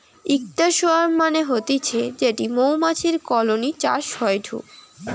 ইকটা সোয়ার্ম মানে হতিছে যেটি মৌমাছির কলোনি চাষ হয়ঢু